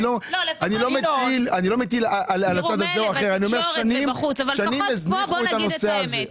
מילא בתקשורת ובחוץ אבל לפחות פה בוא נגיד את האמת.